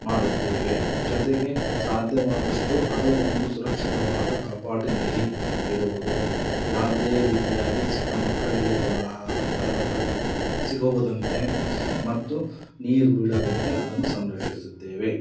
ಮಾಡುತ್ತೇವೆ ಜತೆಗೆ ಸಾಧ್ಯವಾದಷ್ಟು ಅದು ಒಂದು ಸುರಕ್ಷಿತವಾದ ಕಪಾಟಿನಲ್ಲಿ ಇಡುವುದು ಯಾವುದೇ ರೀತಿಯಾಗಿ ಚಿಕ್ಕ ಮಕ್ಕಳಿಗೆ ಸಿಗುವುದಂತೆ ಮತ್ತು ನೀರು ಬೀಳದಂತೆ ಅದನ್ನು ಸಂರಕ್ಷಿಸುತ್ತೇವೆ